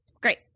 Great